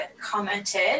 commented